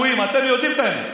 אתם יודעים את האמת.